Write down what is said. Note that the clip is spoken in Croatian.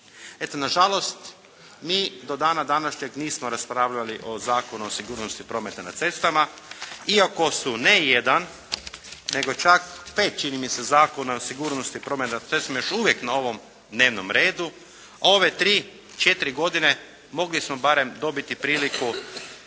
Eto nažalost mi do dana današnjeg nismo raspravljali o Zakonu o sigurnosti prometa na cestama iako su ne jedan nego čak 5 čini mi se zakona o sigurnosti prometa na cestama još uvijek na ovom dnevnom redu. Ove 3, 4 godine mogli smo barem dobiti priliku